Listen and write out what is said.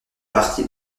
partie